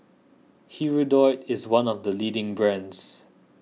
Hirudoid is one of the leading brands